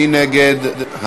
מי נגד?